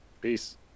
Peace